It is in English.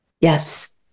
Yes